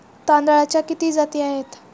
तांदळाच्या किती जाती आहेत?